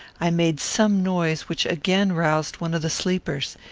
i made some noise which again roused one of the sleepers.